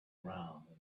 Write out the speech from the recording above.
ground